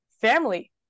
family